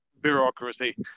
bureaucracy